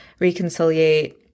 reconciliate